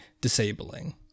disabling